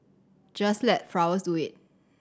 just let flowers do it